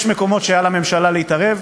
יש מקומות שעל הממשלה להתערב,